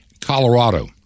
Colorado